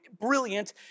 brilliant